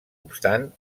obstant